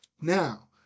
Now